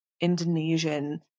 Indonesian